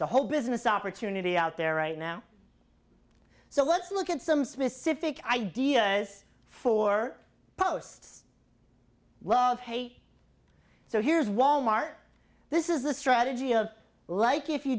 a whole business opportunity out there right now so let's look at some specific ideas for posts well of hate so here's wal mart this is the strategy of like if you